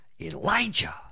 elijah